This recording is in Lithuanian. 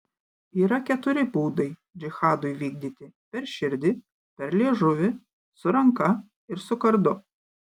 yra keturi būdai džihadui vykdyti per širdį per liežuvį su ranka ir su kardu